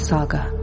Saga